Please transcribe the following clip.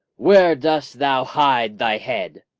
where dost thou hide thy head?